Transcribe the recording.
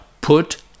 put